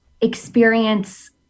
experience